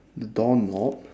the door knob